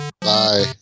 Bye